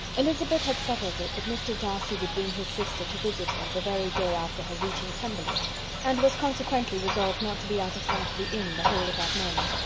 elizabeth had settled it that mr. darcy would bring his sister to visit her the very day after her reaching pemberley and was consequently resolved not to be out of sight of the inn the whole of that morning.